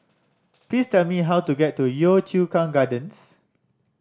please tell me how to get to Yio Chu Kang Gardens